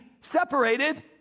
separated